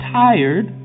tired